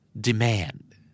Demand